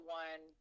one